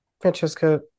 Francesca